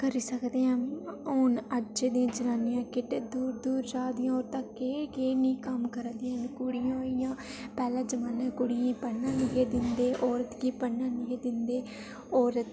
करी सकदे न हू'न अज्ज दी जनानी किन्नी दूर दूर जा दियां तां ओह् केह् केह् नी कम्म करां दियां कुड़ियां होइयां पैह्लें जमाने कुड़ियें गी पढ़ने नेईं हे दिंदे औरतें गी पढ़ने नेईं हे दिंदे औरत